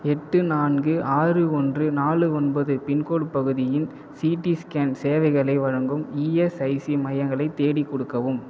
எட்டு நான்கு ஆறு ஒன்று நாலு ஒன்பது பின்கோடு பகுதியில் சிடி ஸ்கேன் சேவைகளை வழங்கும் இஎஸ்ஐசி மையங்களை தேடிக் கொடுக்கவும்